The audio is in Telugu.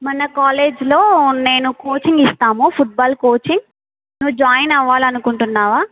మన కాలేజ్లో నేను కోచింగ్ ఇస్తాము ఫుట్బాల్ కోచింగ్ నువ్వు జాయిన్ అవ్వాలనుకుంటున్నావా